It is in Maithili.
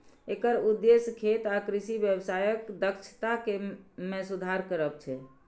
एकर उद्देश्य खेत आ कृषि व्यवसायक दक्षता मे सुधार करब छै